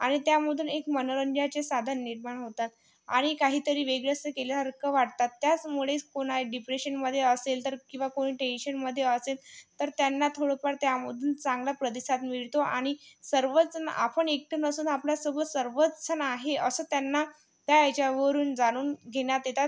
आणि त्यामधून एक मनोरंजनाचे साधन निर्माण होतात आणि काहीतरी वेगळंच केल्यासारखं वाटतात त्याचमुळेच कोणाला डिप्रेशनमध्ये असेल तर किंवा कोणी टेंशनमध्ये असेल तर त्यांना थोडंफार त्यामधून चांगला प्रतिसाद मिळतो आणि सर्वजण आपण एकटं नसून आपल्यासोबत सर्वचजण आहे असं त्यांना त्या याच्यावरून जाणून घेण्यात येतात